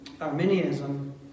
Arminianism